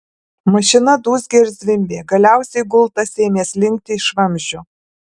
mašina dūzgė ir zvimbė galiausiai gultas ėmė slinkti iš vamzdžio